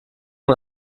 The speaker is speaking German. ein